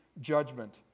judgment